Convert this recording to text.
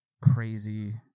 crazy